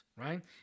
right